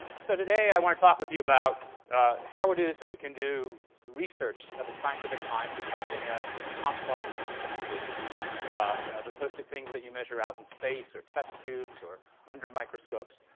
so today i want to talk with you about how it is that we can do research of a scientific kind for something as complex as human behavior you know as opposed to things that you measure out in space or test tubes or under microscopes.